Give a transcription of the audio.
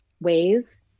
ways